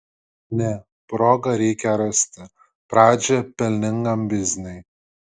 ne progą reikia rasti pradžią pelningam bizniui